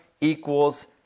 equals